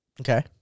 Okay